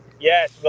Yes